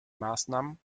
maßnahmen